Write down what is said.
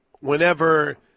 whenever